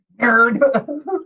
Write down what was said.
Nerd